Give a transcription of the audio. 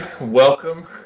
Welcome